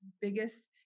biggest